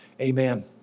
Amen